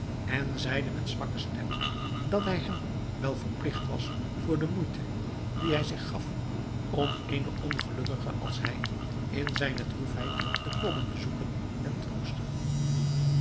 en zeide met zwakke stem dat hij hem wel verpligt was voor de moeite die hij zich gaf om eenen ongelukkige als hij in zijne droefheid te komen bezoeken en troosten